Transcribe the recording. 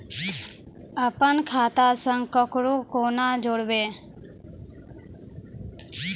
अपन खाता संग ककरो कूना जोडवै?